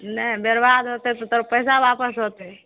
नहि बरबाद होतै तऽ तोहर पैसा वापस होतै